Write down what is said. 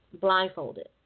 blindfolded